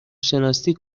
شناسی